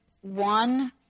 one